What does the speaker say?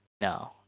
No